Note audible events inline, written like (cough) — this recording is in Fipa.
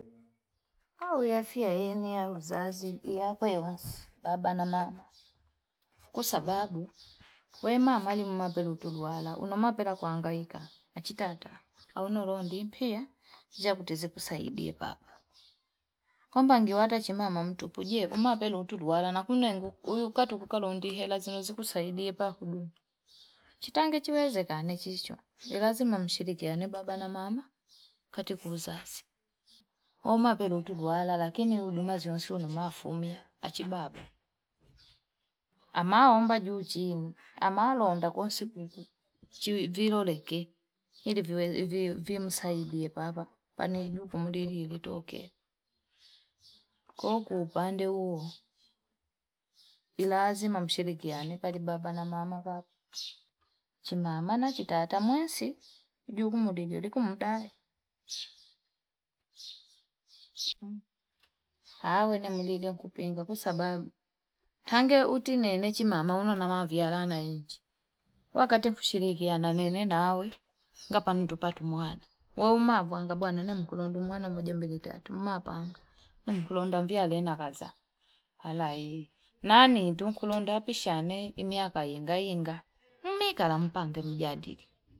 Awe afia heni ya uzazi, we wensi baba na mama. Kwa sababu (noise) we mama li mumabelu utuluwala, unomabela kwanga ika a chitata au nordimpi ya jako kutasidipo saidiye papa. Kwamba ngiwata chima mamtu pujie umabelu utuluwala na kunuengu uukatu kuka nondihe lazimo zikusaidiye pako dhumu. (noise) Chitange chirika zeka nechisho. (noise) Lazima mchirika nebaba na mama, Kati kufuzazi. Oma pelotugu wala, lakini udu mazi yonsi unumafumia achi baba. Amaa omba juu chini. Amaa loo onda konsipuku. Viroleke Hili vi musahidie baba. Panijuku mdili yuritoke. (noise) Koku pande uu. Ilazima mshirikiani. Pati baba na mama wapu. (noise) Chimama na kitata mwensi. Juku mdili yuriku mdali. (noise) Awe na mdili yu kupinga. Kwa sababu. Tange uti nene chimama unumamafia lana yunchi. Wakati mshirikiani nene na awe. Gapa nitupatu mwana. Wau mabu wangabwana nene mkulondu mwana moja mbili tatu mapanga. Mkulonda vya lena kaza. Hala hii. Nanii tu mkulonda pishanee ni miyaka yinga yinga mmi kala mpange mjadili.